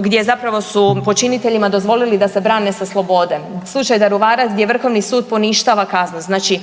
gdje zapravo su počiniteljima dozvolili da se brane sa slobode. U slučaju „Daruvarac“ gdje Vrhovni sud poništava kaznu, znači